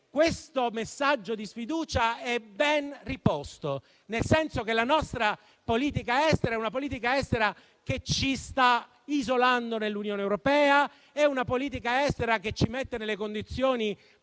questo messaggio di sfiducia è ben riposto, nel senso che la nostra politica estera ci sta isolando nell'Unione europea. È una politica estera che ci mette nelle condizioni di